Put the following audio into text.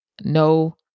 No